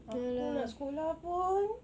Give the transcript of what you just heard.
aku nak sekolah pun